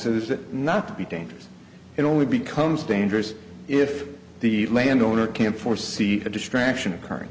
it not to be dangerous it only becomes dangerous if the landowner can't force see a distraction occurring